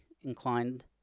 inclined